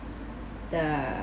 the